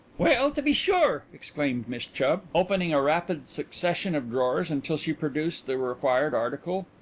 well, to be sure! exclaimed miss chubb, opening a rapid succession of drawers until she produced the required article.